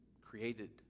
created